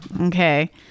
Okay